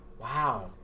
wow